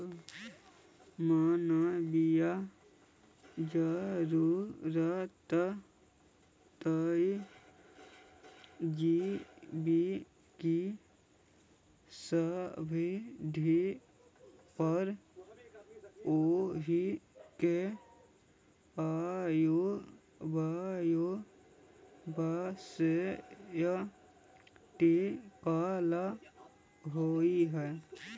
मानवीय जरूरतों तथा जीवों के संबंधों पर उहाँ के अर्थव्यवस्था टिकल हई